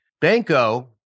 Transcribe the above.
Banco